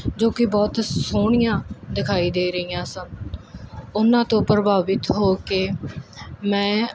ਜੋ ਕਿ ਬਹੁਤ ਸੋਹਣੀਆਂ ਦਿਖਾਈ ਦੇ ਰਹੀਆਂ ਸਨ ਉਹਨਾਂ ਤੋਂ ਪ੍ਰਭਾਵਿਤ ਹੋ ਕੇ ਮੈਂ